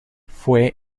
fue